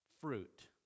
fruit